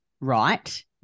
right